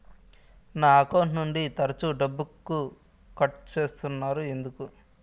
నా అకౌంట్ నుండి తరచు డబ్బుకు కట్ సేస్తున్నారు ఎందుకు